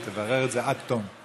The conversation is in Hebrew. היא תברר את זה עד תום.